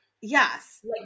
Yes